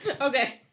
Okay